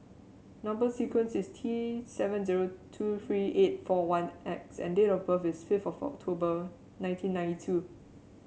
number sequence is T seven zero two three eight four one X and date of birth is fifth of October nineteen ninety two